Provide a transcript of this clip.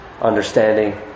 understanding